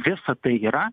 visa tai yra